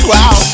Wow